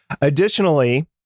Additionally